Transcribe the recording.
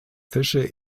fische